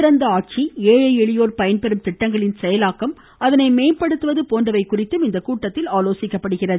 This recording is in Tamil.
சிறந்த ஆட்சி ஏழை எளியோர் பயன்பெறும் திட்டங்களின் செயலாக்கம் அதனை மேம்படுத்துவது போன்றவை குறித்தும் இந்த கூட்டத்தில் ஆலோசிக்கப்படுகிறது